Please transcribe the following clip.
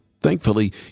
Thankfully